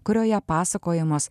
kurioje pasakojamos